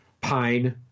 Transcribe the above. pine